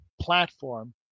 platform